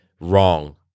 Wrong